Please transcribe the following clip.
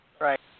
Right